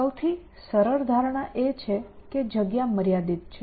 સૌથી સરળ ધારણા એ છે કે જગ્યા મર્યાદિત છે